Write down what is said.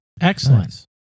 Excellent